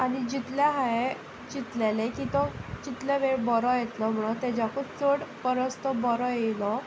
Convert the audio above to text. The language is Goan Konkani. आनी जितले हांवें चिंतलेलें की तो जितले वेळ बरो येतलो म्हणून ताच्याकूच चड परस तो बरो आयलो